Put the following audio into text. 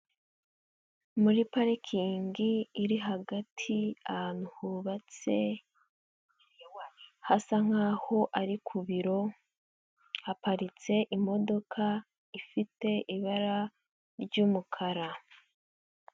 Muri parikingi iri hagati ahantu hubatse hasa nk'aho ari ku biro, haparitse imodoka ifite ibara ry'umukara.